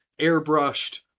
airbrushed